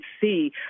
see